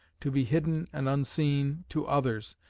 to be hidden and unseen to others,